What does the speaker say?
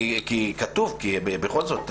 כי כתוב, בכל זאת.